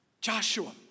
Joshua